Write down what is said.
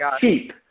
cheap